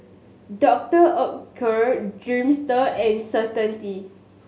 Doctor Oetker Dreamster and Certainty